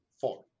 Four